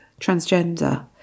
transgender